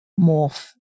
Morph